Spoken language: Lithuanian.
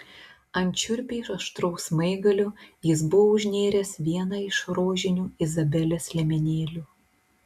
ant šiurpiai aštraus smaigalio jis buvo užnėręs vieną iš rožinių izabelės liemenėlių